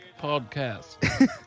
podcast